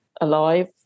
alive